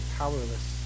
powerless